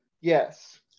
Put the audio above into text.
yes